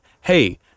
hey